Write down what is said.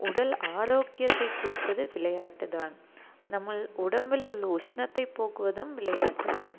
உடல் ஆரோக்கியத்தை கொடுப்பது விளையாட்டு தான் நம்மள் உடம்பில் உள்ள உஷ்ணத்தை போக்குவதும் விளையாட்டு தான்